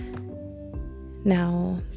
now